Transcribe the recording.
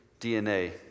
DNA